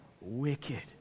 wicked